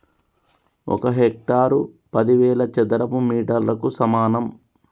ఒక హెక్టారు పదివేల చదరపు మీటర్లకు సమానం